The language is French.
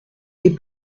des